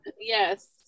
Yes